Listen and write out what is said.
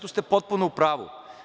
Tu ste potpuno u pravu.